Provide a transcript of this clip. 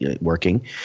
working